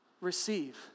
receive